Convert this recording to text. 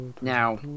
now